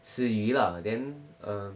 吃鱼啦 then err